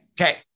Okay